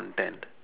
content